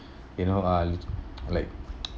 you know uh like